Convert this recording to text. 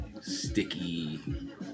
sticky